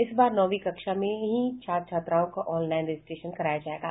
इस बार नौंवी कक्षा में ही छात्र छात्राओं का ऑनलाईन रजिस्ट्रेशन कराया जायेगा